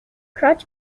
crouch